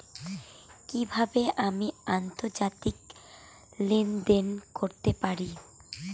কি কিভাবে আমি আন্তর্জাতিক লেনদেন করতে পারি?